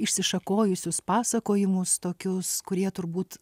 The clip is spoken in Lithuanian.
išsišakojusius pasakojimus tokius kurie turbūt